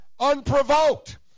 unprovoked